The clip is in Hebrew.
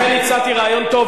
לכן הצעתי רעיון טוב,